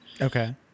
Okay